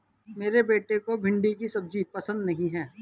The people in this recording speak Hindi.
मेरे बेटे को भिंडी की सब्जी पसंद नहीं है